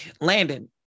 Landon